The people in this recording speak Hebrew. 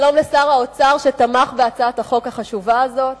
שלום לשר האוצר, שתמך בהצעת החוק החשובה הזאת,